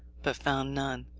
but found none.